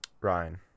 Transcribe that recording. Ryan